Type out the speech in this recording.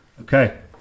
Okay